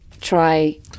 try